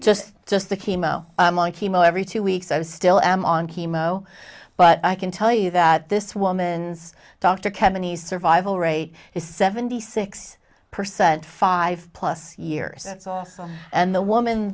just just the chemo chemo every two weeks i was still am on chemo but i can tell you that this woman's doctor kemeny survival rate is seventy six percent five plus years that's awesome and the woman